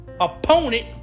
opponent